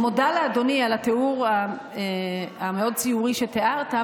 מודה לאדוני על התיאור המאוד-ציורי שתיארת,